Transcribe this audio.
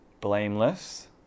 blameless